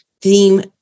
theme